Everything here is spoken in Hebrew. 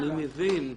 אני מבין,